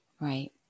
right